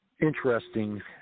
interesting